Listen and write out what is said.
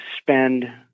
spend